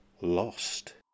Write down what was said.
Lost